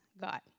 God